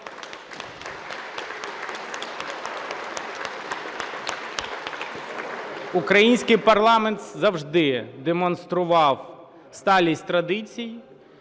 Український парламент завжди демонстрував сталість традицій,